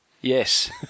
Yes